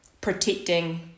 protecting